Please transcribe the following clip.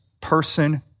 person